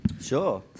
Sure